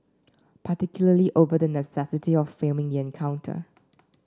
particularly over the necessity of filming encounter